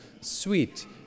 sweet